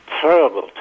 terrible